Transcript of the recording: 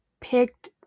picked